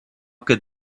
could